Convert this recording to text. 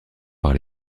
par